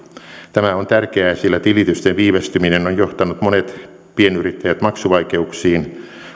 tämä on tärkeää sillä tilitysten viivästyminen on johtanut monet pienyrittäjät maksuvaikeuksiin